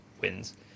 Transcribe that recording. wins